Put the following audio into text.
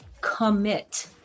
commit